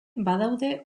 badaude